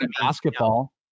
basketball